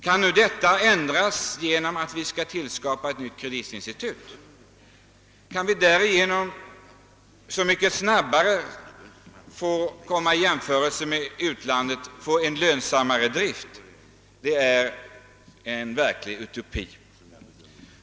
Kan nu detta uppnås genom tillskapandet av ett nytt kreditinstitut, och kan vi därigenom så mycket snabbare få en lönsammare drift jämfört med utlandet? Nej, det är verkligen en utopi.